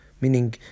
meaning